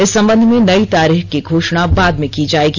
इस संबंध में नयी तारीख की घोषणा बाद में की जायेगी